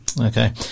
Okay